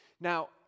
Now